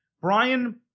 Brian